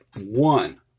one